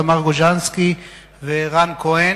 תמר גוז'נסקי ורן כהן,